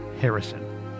Harrison